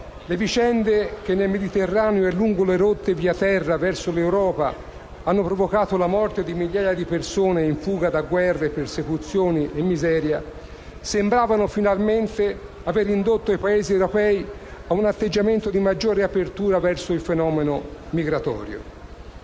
Le vicende che nel Mediterraneo e lungo le rotte via terra verso l'Europa hanno provocato la morte di migliaia di persone, in fuga da guerre, persecuzioni e miseria, sembravano finalmente aver indotto i Paesi europei a un atteggiamento di maggiore apertura verso il fenomeno migratorio.